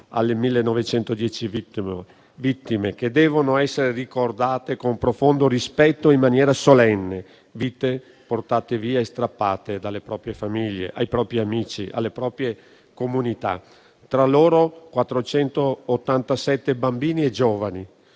alle 1.910 vittime, che devono essere ricordate con profondo rispetto e in maniera solenne: vite strappate via dalle proprie famiglie, dai propri amici e dalle proprie comunità; tra loro 487 bambini e giovani